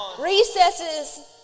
recesses